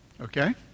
Okay